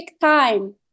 time